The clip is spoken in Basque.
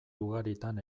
ugaritan